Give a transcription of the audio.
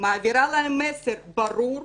אני מעבירה להם מסר ברור.